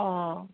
অঁ